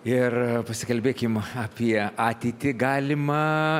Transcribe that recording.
ir pasikalbėkim apie ateitį galimą